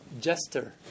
jester